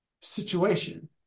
situation